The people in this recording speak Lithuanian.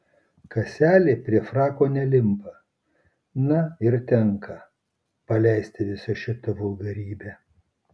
kaselė prie frako nelimpa na ir tenka paleisti visą šitą vulgarybę